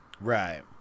Right